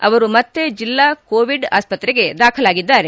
ಅವರು ಮತ್ತೆ ಜೆಲ್ಲಾ ಕೋವೀಡ್ ಆಸ್ಪತ್ರೆಗೆ ದಾಖಲಾಗಿದ್ದಾರೆ